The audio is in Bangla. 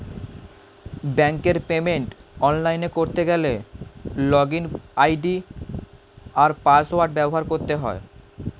ব্যাঙ্কের পেমেন্ট অনলাইনে করতে গেলে লগইন আই.ডি আর পাসওয়ার্ড ব্যবহার করতে হয়